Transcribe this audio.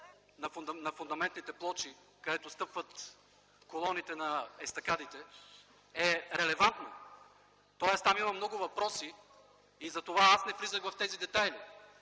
на фундаментните плочи, където стъпват колоните на естакадите, е релевантно, тоест там има много въпроси и затова аз не влизах в тези детайли.